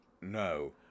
No